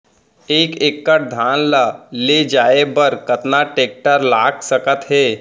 एक एकड़ धान ल ले जाये बर कतना टेकटर लाग सकत हे?